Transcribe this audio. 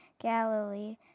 Galilee